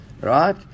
right